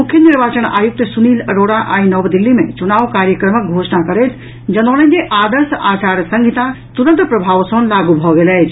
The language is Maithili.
मुख्य निर्वाचन आयुक्त सुनील अरोड़ा आई नव दिल्ली मे चुनाव कार्यक्रमक घोषणा करैत जनौलनि जे आदर्श आचार संहिता तुरंत प्रभाव सँ लागू भऽ गेल अछि